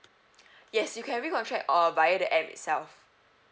yes you can recontract uh via the app itself